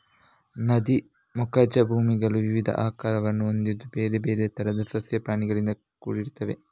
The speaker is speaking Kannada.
ನದಿ ಮುಖಜ ಭೂಮಿಗಳು ವಿವಿಧ ಆಕಾರವನ್ನು ಹೊಂದಿದ್ದು ಬೇರೆ ಬೇರೆ ತರದ ಸಸ್ಯ ಪ್ರಾಣಿಗಳಿಂದ ಕೂಡಿರ್ತವೆ